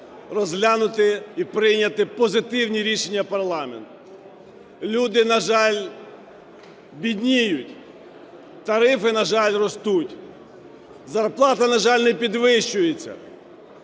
розглянути і прийняти позитивні рішення парламент. Люди, на жаль, бідніють. Тарифи, на жаль, ростуть. Зарплата, на жаль, не підвищується.